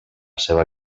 seva